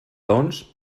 doncs